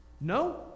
No